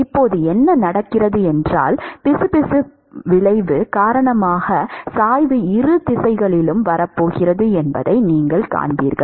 இப்போது என்ன நடக்கிறது என்றால் பிசுபிசுப்பு விளைவு காரணமாக சாய்வு இரு திசைகளிலும் வரப் போகிறது என்பதை நீங்கள் காண்பீர்கள்